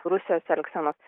rusijos elgsenos